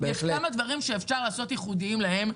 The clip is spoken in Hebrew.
יש כמה דברים שאפשר לעשות באופן ייחודי להם.